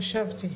שחשבתי.